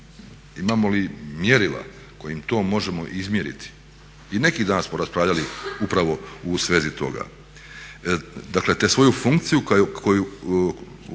Imamo li mjerila kojim to možemo izmjeriti? I neki dan smo raspravljali upravo u svezi toga, dakle te svoju funkciju koju